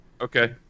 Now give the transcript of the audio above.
Okay